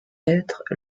être